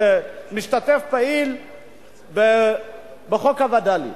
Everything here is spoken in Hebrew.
כמשתתף פעיל בחוק הווד"לים.